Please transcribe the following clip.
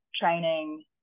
training